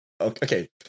Okay